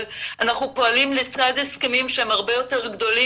אבל אנחנו פועלים לצד הסכמים שהם הרבה יותר גדולים